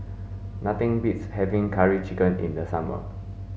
nothing beats having curry chicken in the summer